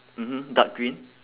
mmhmm dark green